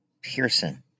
Pearson